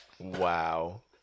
Wow